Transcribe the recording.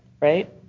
right